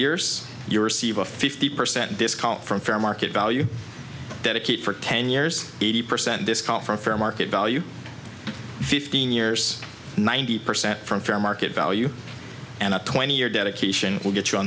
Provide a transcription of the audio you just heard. years you receive a fifty percent discount from fair market value dedicate for ten years eighty percent discount for a fair market value fifteen years ninety percent from fair market value and a twenty year dedication will get you a